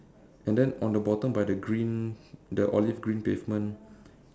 and then on the bottom by the green the olive green pavement